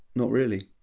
not really.